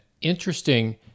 interesting